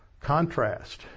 Contrast